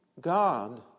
God